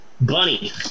Bunny